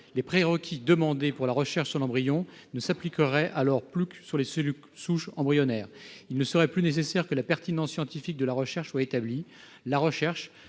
les prérequis demandés pour la recherche sur l'embryon ne s'appliqueraient plus à la recherche sur les cellules souches embryonnaires. Il ne serait plus nécessaire que la pertinence scientifique de la recherche soit établie. La recherche,